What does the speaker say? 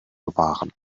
bewahren